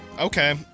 Okay